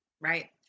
right